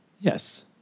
Yes